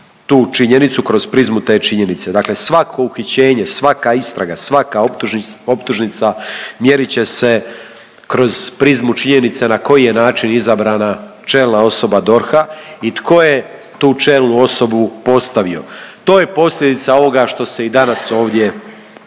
tu činjenicu, kroz prizmu te činjenice, dakle svako uhićenje, svaka istraga, svaka optužnica mjerit će se kroz prizmu činjenice na koji je način izabrana čelna osoba DORH-a i tko je tu čelnu osobu postavio. To je posljedica ovoga što se i danas ovdje